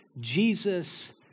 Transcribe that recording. Jesus